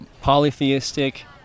polytheistic